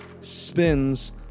spins